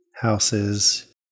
Houses